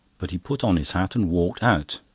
but he put on his hat and walked out.